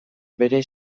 bere